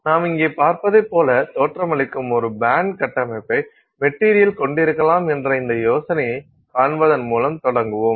நாம் இங்கே பார்ப்பதைப் போல தோற்றமளிக்கும் ஒரு பேண்ட் கட்டமைப்பை மெட்டீரியல் கொண்டிருக்கலாம் என்ற இந்த யோசனையை காண்பதன் மூலம் தொடங்குவோம்